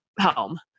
home